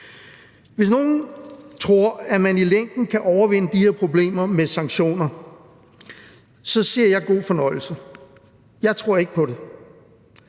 Hvis nogen tror, at man i længden kan overvinde de her problemer med sanktioner, så siger jeg: god fornøjelse. Jeg tror ikke på det.